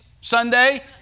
Sunday